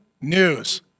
news